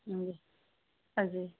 ਹਾਂਜੀ ਹਾਂਜੀ